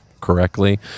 correctly